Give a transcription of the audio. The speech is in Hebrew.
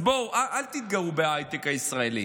אז בואו, אל תתגאו בהייטק הישראלי.